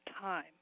time